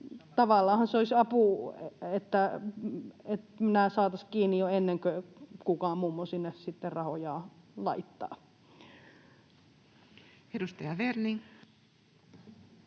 Tavallaanhan se olisi apu, että nämä saataisiin kiinni jo ennen kuin kukaan mummo sinne sitten rahojaan laittaa. Edustaja Werning.